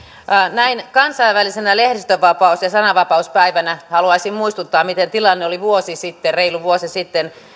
näin kansainvälisenä lehdistönvapaus ja sananvapauspäivänä haluisin muistuttaa mikä tilanne oli reilu vuosi sitten